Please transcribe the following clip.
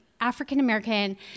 African-American